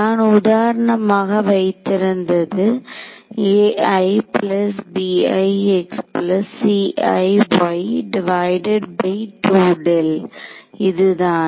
நான் உதாரணமாக வைத்திருந்தது இதுதான்